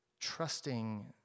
Trusting